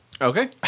Okay